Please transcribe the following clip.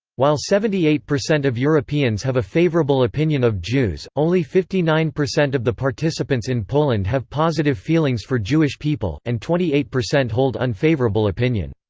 while seventy eight percent of europeans have a favorable opinion of jews, only fifty nine percent of the participants in poland have positive feelings for jewish people, and twenty eight percent hold unfavorable opinion.